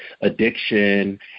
addiction